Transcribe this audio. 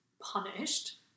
punished